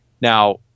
now